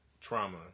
trauma